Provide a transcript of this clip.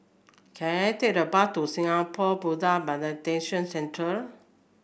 can I take the bus to Singapore Meditation Centre